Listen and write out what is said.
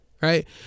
Right